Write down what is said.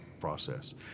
process